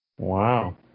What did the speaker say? Wow